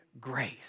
grace